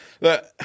Look